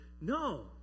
no